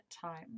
time